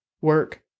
Work